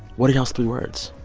what are y'all's three words?